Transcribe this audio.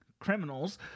criminals